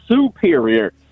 superior